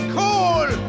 cool